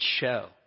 show